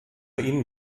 ihnen